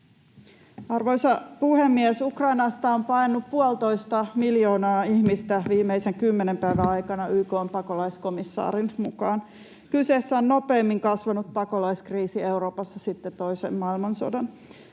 Arvoisa puhemies! Ukrainasta on paennut puolitoista miljoonaa ihmistä viimeisen kymmenen päivän aikana YK:n pakolaiskomissaarin mukaan. Kyseessä on nopeimmin kasvanut pakolaiskriisi Euroopassa sitten toisen maailmansodan,